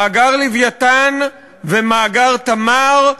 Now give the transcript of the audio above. מאגר "לווייתן" ומאגר "תמר",